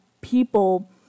people